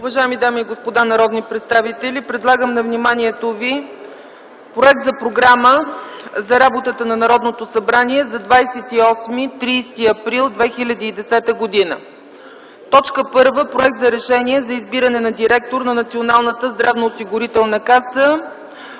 Уважаеми дами и господа народни представители, предлагам на вниманието Ви Проект за програма за работата на Народното събрание за 28-30 април 2010 г.: 1. Проект за Решение за избиране на директор на Националната здравноосигурителна каса.